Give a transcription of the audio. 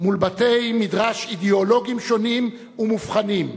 מול בתי-מדרש אידיאולוגיים שונים ומובחנים.